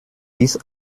bist